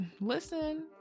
Listen